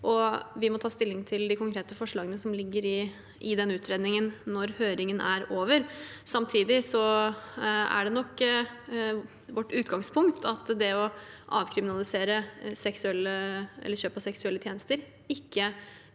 vi må ta stilling til de konkrete forslagene som ligger i den utredningen når høringen er over. Samtidig er det nok vårt utgangspunkt at det å avkriminalisere kjøp av seksuelle tjenester ikke er